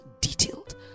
detailed